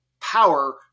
power